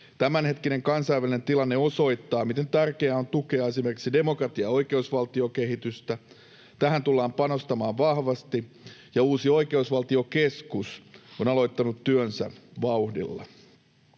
Tämänhetkinen kansainvälinen tilanne osoittaa, miten tärkeää on tukea esimerkiksi demokratia- ja oikeusvaltiokehitystä. Tähän tullaan panostamaan vahvasti, ja uusi Oikeusvaltiokeskus on aloittanut työnsä vauhdilla.